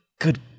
good